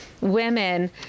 women